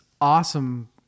awesome